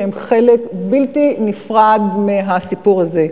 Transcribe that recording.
שהן חלק בלתי נפרד מהסיפור הזה.